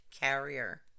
carrier